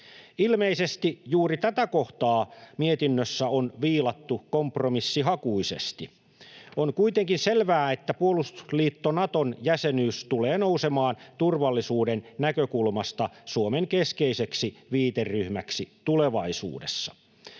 Ilmeisesti juuri tätä kohtaa mietinnössä on viilattu kompromissihakuisesti. On kuitenkin selvää, että puolustusliitto Naton jäsenyys tulee nousemaan turvallisuuden näkökulmasta Suomen keskeiseksi viiteryhmäksi tulevaisuudessa.